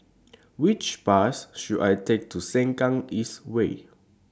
Which Bus should I Take to Sengkang East Way